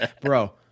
bro